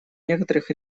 некоторых